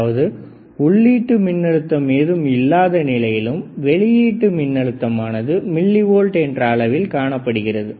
அதாவது உள்ளீடு மின்னழுத்தம் ஏதும் இல்லாத நிலையிலும் வெளியீடு மின்னழுத்தம் ஆனது மில்லி ஓல்ட் என்ற அளவில் காணப்படுகிறது